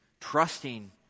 trusting